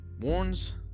warns